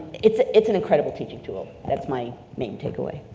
it's it's an incredible teaching tool, that's my main takeaway.